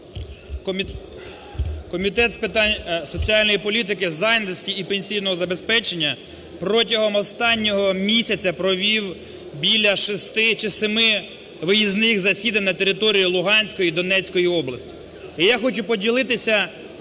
з питань соціальної політики, зайнятості і пенсійного забезпечення протягом останнього місяця провів біля шести чи семи виїзних засідань на територію Луганської і Донецької областей.